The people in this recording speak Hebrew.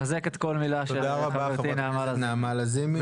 מחזק כל מילה שאמרה חברתי נעמה לזימי.